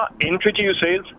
introduces